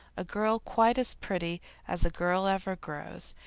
a girl quite as pretty as a girl ever grows,